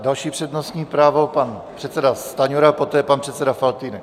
Další přednostní právo, pan předseda Stanjura, poté pan předseda Faltýnek.